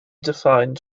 defined